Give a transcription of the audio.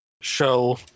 show